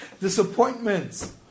disappointments